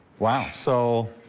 wow, so